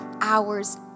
hours